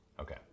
Okay